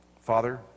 father